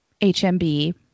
HMB